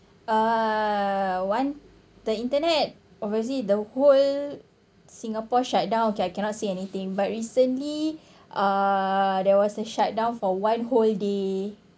uh one the internet obviously the whole singapore shutdown okay I cannot say anything but recently uh there was a shutdown for one whole day